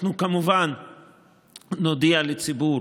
אנחנו כמובן נודיע לציבור